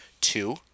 two